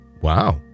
wow